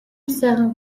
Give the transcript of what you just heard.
сайн